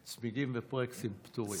צמיגים וברקסים פטורים.